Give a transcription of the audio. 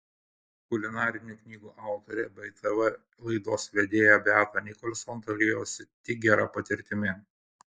kulinarinių knygų autorė bei tv laidos vedėja beata nicholson dalijosi tik gera patirtimi